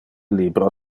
libro